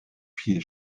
viel